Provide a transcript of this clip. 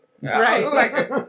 Right